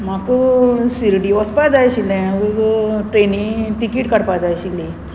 म्हाका शिर्डी वचपा जाय आशिल्लें ट्रेनी टिकेट काडपा जाय आशिल्ली